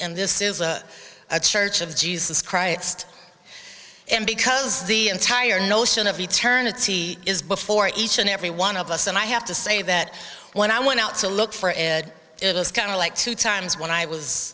and this is a church of jesus christ and because the entire notion of eternity is before each and every one of us and i have to say that when i went out to look for it it was kind of like two times when i was